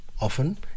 often